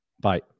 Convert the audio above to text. Bye